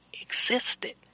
existed